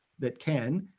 that can.